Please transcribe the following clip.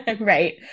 Right